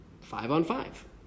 five-on-five